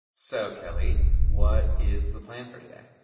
so, kelly, what is the plan for today?